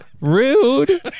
Rude